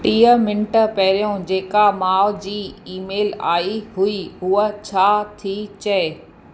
टीह मिन्ट पहिरियों जेका माउ जी ईमेल आई हुई उहा छा थी चए